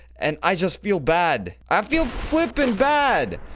and i just feel bad. i feel flippin bad!